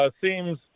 seems